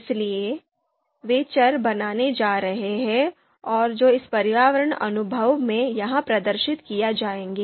इसलिए वे चर बनाने जा रहे हैं और इस पर्यावरण अनुभाग में यहां प्रदर्शित किए जाएंगे